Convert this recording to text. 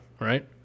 right